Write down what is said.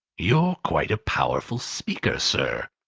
you're quite a powerful speaker, sir,